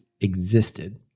existed